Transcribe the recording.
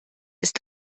ist